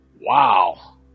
wow